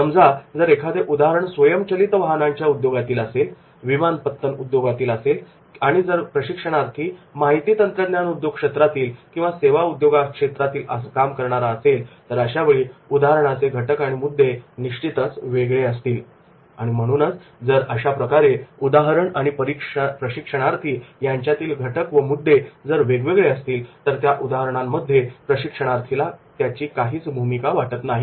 समजा जर एखादे उदाहरण स्वयंचलित वाहनांच्या उद्योगातील असेल विमानपत्तन उद्योगातील असेल आणि जर प्रशिक्षणार्थी जर माहिती तंत्रज्ञान उद्योग क्षेत्रातील सेवा उद्योगामध्ये काम करणारा असेल तर अशावेळी उदाहरणाचे घटक व मुद्दे निश्चितच वेगळे असतील आणि म्हणूनच जर अशाप्रकारे उदाहरण आणि प्रशिक्षणार्थी यांच्यामधील घटक व मुद्दे जर वेगवेगळे असतील तर त्या उदाहरणांमध्ये प्रशिक्षणार्थीला त्याची काहीच भूमिका वाटत नाही